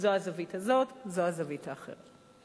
זו הזווית הזו, זו הזווית האחרת.